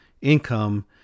income